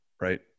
right